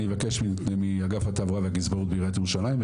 אני אבקש מאגף התברואה והגזברות בעיריית ירושלים.